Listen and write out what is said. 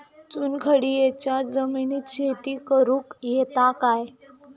चुनखडीयेच्या जमिनीत शेती करुक येता काय?